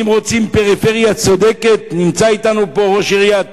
ואם רוצים פריפריה צודקת, נמצא אתנו פה ראש עיריית